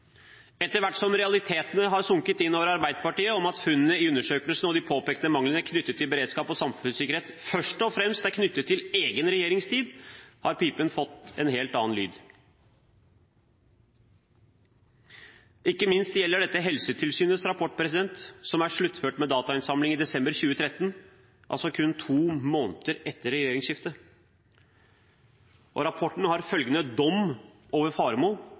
Etter hvert som realitetene har sunket inn i Arbeiderpartiet om at funnene i undersøkelsen og de påpekte manglene knyttet til beredskap og samfunnssikkerhet først og fremst er knyttet til egen regjeringstid, har pipen fått en helt annen lyd. Dette gjelder ikke minst Helsetilsynets rapport, som er sluttført med datainnsamling i desember 2013, altså kun to måneder etter regjeringsskiftet. Rapporten har følgende dom over